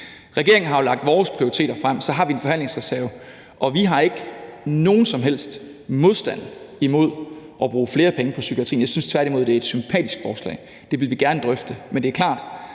Regeringen har jo lagt vores prioriteter frem, og så har vi en forhandlingsreserve, og vi har ikke nogen som helst modstand imod at bruge flere penge på psykiatrien. Jeg synes tværtimod, at det er et sympatisk forslag, og det vil vi gerne drøfte. Men det er klart,